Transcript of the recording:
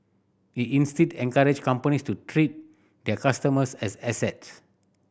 he instead encouraged companies to treat their customers as assets